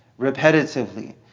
repetitively